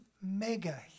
mega